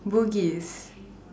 Bugis